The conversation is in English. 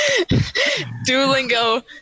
duolingo